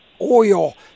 oil